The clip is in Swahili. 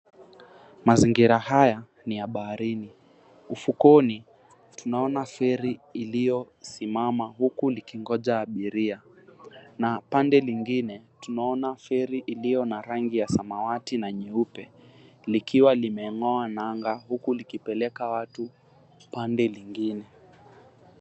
Mazingira haya ni ya baharini. Ufukoni tuanaona feri iliyosimama huku likingonja abiria na pande lingine tunaona feri iliyo na rangi ya samawati na nyeupe likiwa limeng'oa nanga huku likipeleka watu pande lingine.